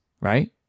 right